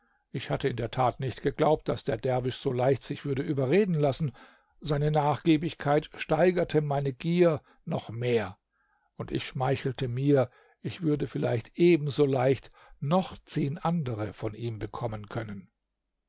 ich hatte in der tat nicht geglaubt daß der derwisch so leicht sich würde überreden lassen seine nachgiebigkeit steigerte meine gier noch mehr und ich schmeichelte mir ich würde vielleicht ebenso leicht noch zehn andere von ihm bekommen können